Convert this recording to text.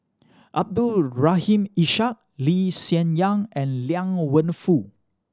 Abdul Rahim Ishak Lee Hsien Yang and Liang Wenfu